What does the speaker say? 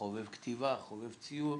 חובב כתיבה, חובב ציור,